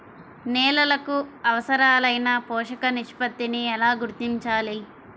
నేలలకు అవసరాలైన పోషక నిష్పత్తిని ఎలా గుర్తించాలి?